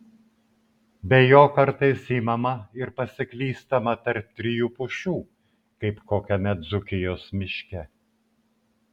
be jo kartais imama ir pasiklystama tarp trijų pušų kaip kokiame dzūkijos miške